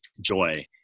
joy